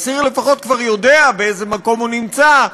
אסיר לפחות יודע באיזה מקום הוא נמצא,